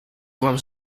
byłam